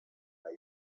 lay